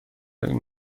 این